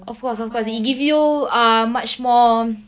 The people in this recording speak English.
of course of course it give you ah much more